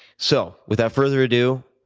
so without further ado,